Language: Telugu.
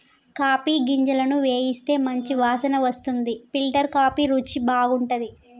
కాఫీ గింజలను వేయిస్తే మంచి వాసన వస్తుంది ఫిల్టర్ కాఫీ రుచి బాగుంటది